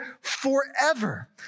forever